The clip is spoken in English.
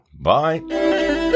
Bye